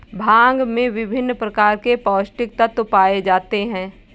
भांग में विभिन्न प्रकार के पौस्टिक तत्त्व पाए जाते हैं